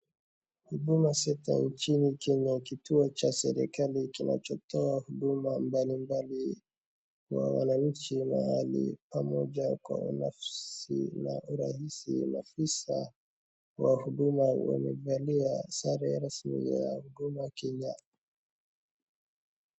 Huduma centre nchini Kenya kituo cha serikali kinachotoa huduma mbalimbali wa wanainchi mahali pamoja kwa nafsi na urahisi. Maafisa wa huduma wamevali sare rasmi ya huduma Kenya.